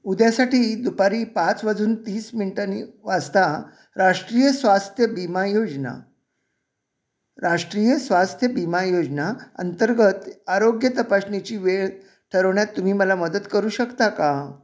उद्यासाठी दुपारी पाच वाजून तीस मिनटांनी वाजता राष्ट्रीय स्वास्थ्य विमा योजना राष्ट्रीय स्वास्थ्य विमा योजना अंतर्गत आरोग्य तपासणीची वेळ ठरवण्यात तुम्ही मला मदत करू शकता का